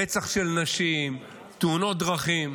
רצח של נשים, תאונות דרכים.